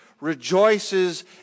rejoices